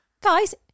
Guys